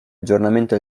aggiornamento